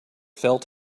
felt